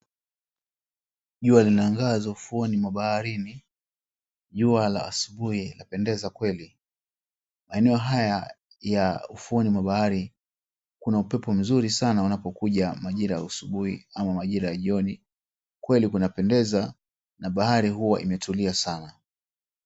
Jua linaangaza ufuoni mwa baharini, jua la asubuhi lapendeza kweli, maeneo haya ya ufuoni mwa bahari, kuna upepo mzuri sana unapokuja majira ya asubuhi ama jioni. Kweli kunapendeza na bahari huwa imetulia sana.